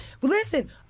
listen